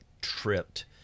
tripped